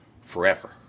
Forever